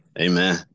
Amen